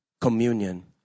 communion